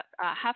half